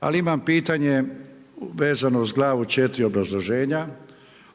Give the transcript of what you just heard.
ali imam pitanje vezano uz glavu 4 obrazloženja